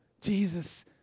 Jesus